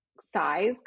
size